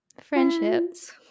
friendships